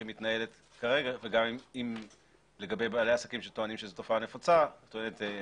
שהיא מתנהלת כרגע וגם לגבי בעלי העסקים שטוענים שזו תופעה נפוצה - טוענת